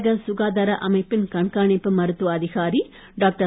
உலக சுகாதார அமைப்பின் கண்காணிப்பு மருத்துவ அதிகாரி டாக்டர்